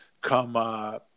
come